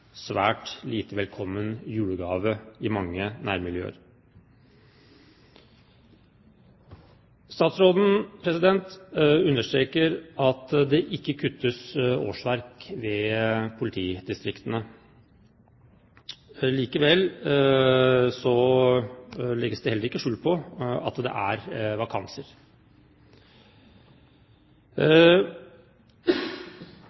svært lite velkommen julegave i mange nærmiljøer. Statsråden understreker at det ikke kuttes årsverk i politidistriktene. Likevel legges det heller ikke skjul på at det er vakanser.